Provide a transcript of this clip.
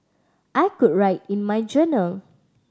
I could write in my journal